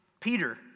Peter